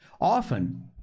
often